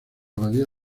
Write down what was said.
abadía